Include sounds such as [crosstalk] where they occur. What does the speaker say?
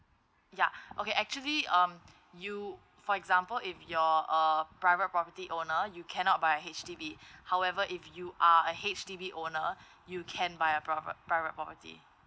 ya [breath] okay actually um you for example if you're a private property owner you cannot buy a H_D_B [breath] however if you are a H_D_B owner [breath] you can buy a prope~ private property